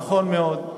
נכון מאוד.